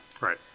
Right